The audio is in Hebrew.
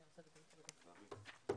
הישיבה